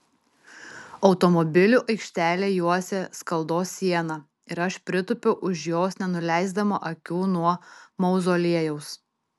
automobilių aikštelę juosė skaldos siena ir aš pritūpiau už jos nenuleisdama akių nuo mauzoliejaus